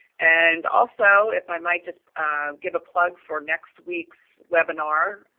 and also, if i might just give a plug for next week's webinar,